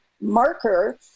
marker